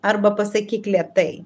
arba pasakyk lėtai